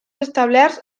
establerts